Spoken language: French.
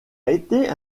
été